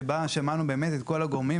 שבה שמענו את כל הגורמים,